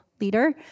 leader